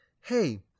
hey